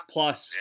Plus